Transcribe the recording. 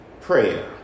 prayer